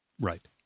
Right